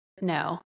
No